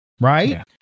Right